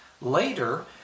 Later